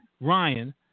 Ryan